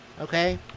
okay